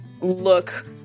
look